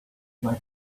flag